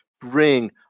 bring